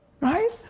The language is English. Right